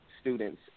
students